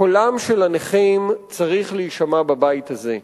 קולם של הנכים צריך להישמע בבית הזה.